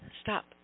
Stop